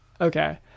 Okay